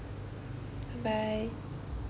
bye